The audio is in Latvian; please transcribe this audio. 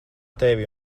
tevi